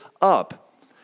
up